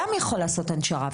גם יכול לעשות הנשרה.